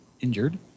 Injured